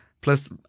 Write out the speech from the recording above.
plus